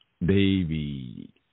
Baby